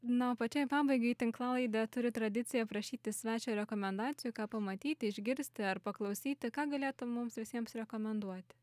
na o pačiai pabaigai tinklalaidė turi tradiciją prašyti svečią rekomendacijų ką pamatyti išgirsti ar paklausyti ką galėtum mums visiems rekomenduoti